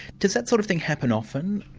does that sort of thing happen often?